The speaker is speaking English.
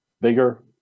bigger